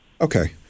Okay